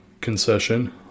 concession